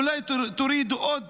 אולי תורידו עוד